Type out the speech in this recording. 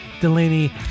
delaney